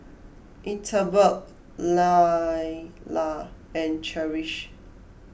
Ethelbert Lailah and Cherish